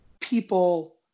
people